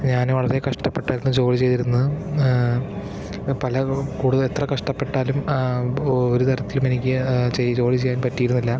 ഞാന് വളരെ കഷ്ടപ്പെട്ടായിരുന്നു ജോലി ചെയ്തിരുന്നത് പല കൂടുതൽ എത്ര കഷ്ടപ്പെട്ടാലും ഒരു തരത്തിലൂമെനിക്ക് ചെയ് ജോലി ചെയ്യാന് പറ്റിയിരുന്നില്ല